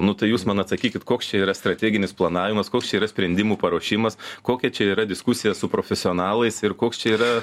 nu tai jūs man atsakykit koks čia yra strateginis planavimas koks čia yra sprendimų paruošimas kokia čia yra diskusija su profesionalais ir koks čia yra